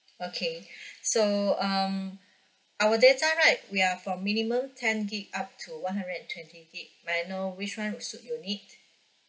okay so um our data right we are from minimum ten gig up to one hundred and twenty gig may I know which one would suits your need